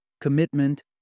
commitment